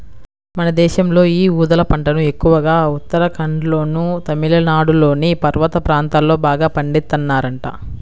మన దేశంలో యీ ఊదల పంటను ఎక్కువగా ఉత్తరాఖండ్లోనూ, తమిళనాడులోని పర్వత ప్రాంతాల్లో బాగా పండిత్తన్నారంట